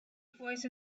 voice